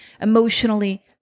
emotionally